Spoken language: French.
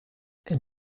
elle